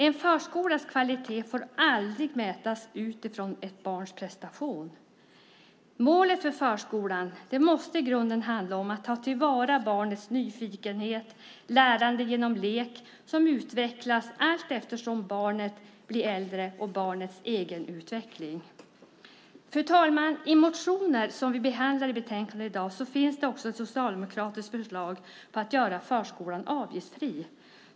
En förskolas kvalitet får aldrig mätas utifrån ett barns prestation. Målet för förskolan måste i grunden handla om att ta till vara barnets nyfikenhet och lärande genom lek som utvecklas allteftersom barnet blir äldre och som följer barnets egen utveckling. Fru talman! I motioner som vi behandlar i betänkandet i dag finns det också ett socialdemokratiskt förslag om att göra förskolan avgiftsfri.